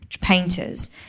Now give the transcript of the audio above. painters